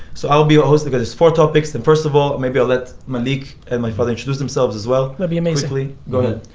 so i'll be your host because it's four topics. and first of all, maybe i'll let malik and my father introduce themselves as well, that'd be amazingly.